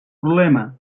problema